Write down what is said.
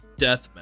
Deathmatch